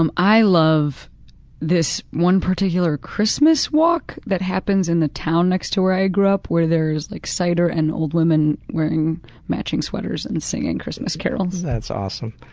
um i love this one particular christmas walk that happens in the town next to where i grew up, where there is like cider and old women wearing matching sweaters and singing christmas carols. that's awesome.